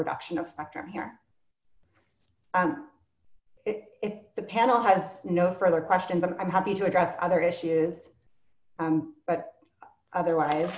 reduction of spectrum here if the panel had no further question but i'm happy to address other issues but otherwise